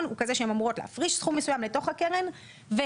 הוא כזה שהן אמורות להפריש סכום מסוים לתוך הקרן ולקבל